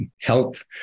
health